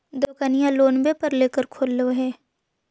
दोकनिओ लोनवे पर लेकर खोललहो हे?